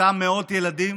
אותם מאות ילדים